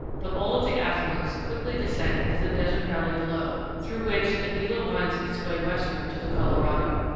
but all of the affluents quickly descend into the desert valley below, through which the gila winds its way westward to the colorado.